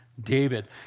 David